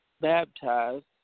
baptized